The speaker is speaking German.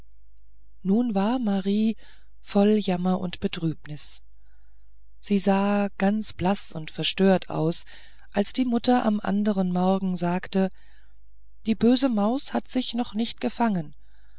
nun war marie voll jammer und betrübnis sie sah ganz blaß und verstört aus als die mutter am andern morgen sagte die böse maus hat sich noch nicht gefangen